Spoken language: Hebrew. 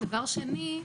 דבר שני,